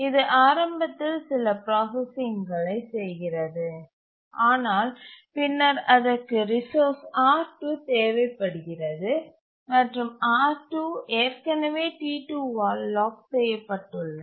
இது ஆரம்பத்தில் சில ப்ராசசிங்களைச் செய்கிறது ஆனால் பின்னர் அதற்கு ரிசோர்ஸ் R2 தேவைப்படுகிறது மற்றும் R2 ஏற்கனவே T2ஆல் லாக் செய்யப்பட்டுள்ளது